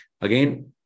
Again